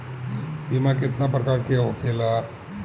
बीमा केतना प्रकार के होखे ला?